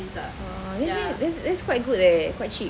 that's quite good eh quite cheap